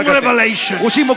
revelation